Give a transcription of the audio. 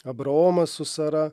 abraomas su sara